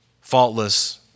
faultless